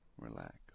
Relax